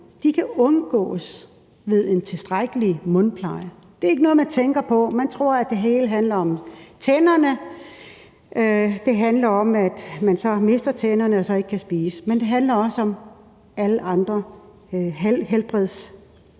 kan undgås ved en tilstrækkelig mundpleje, og det er ikke noget, man tænker på. Man tror, at det hele handler om tænderne, at det handler om, at man mister tænderne og så ikke kan spise, men det handler også om andre sygdomme,